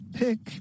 pick